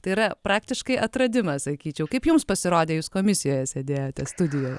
tai yra praktiškai atradimas sakyčiau kaip jums pasirodė jūs komisijoje sėdėjote studijoje